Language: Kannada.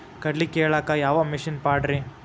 ಕಡ್ಲಿ ಕೇಳಾಕ ಯಾವ ಮಿಷನ್ ಪಾಡ್ರಿ?